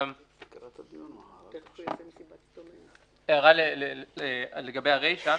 הערה לגבי הרישה: